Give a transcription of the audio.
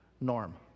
norm